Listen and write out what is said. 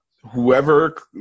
Whoever